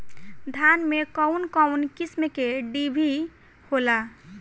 धान में कउन कउन किस्म के डिभी होला?